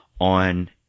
on